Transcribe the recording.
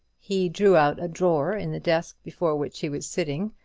he drew out a drawer in the desk before which he was sitting,